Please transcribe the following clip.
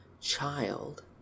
child